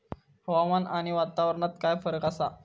हवामान आणि वातावरणात काय फरक असा?